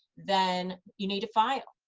then you need to file.